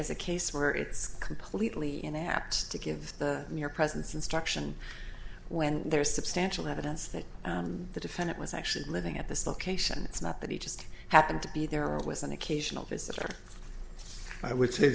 as a case where it's completely inapt to give the mere presence instruction when there is substantial evidence that the defendant was actually living at this location it's not that he just happened to be there or with an occasional visitor i would say